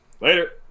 Later